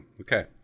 okay